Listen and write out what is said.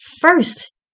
first